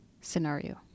scenario